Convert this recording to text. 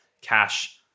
cash